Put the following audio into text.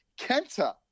Kenta